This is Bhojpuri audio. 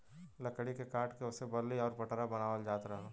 लकड़ी के काट के ओसे बल्ली आउर पटरा बनावल जात रहल